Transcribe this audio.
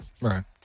right